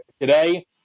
today